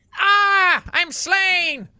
ahh! i'm slain!